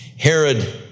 Herod